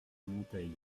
monteils